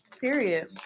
Period